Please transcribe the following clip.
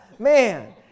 Man